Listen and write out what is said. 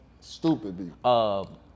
Stupid